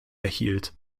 erhielt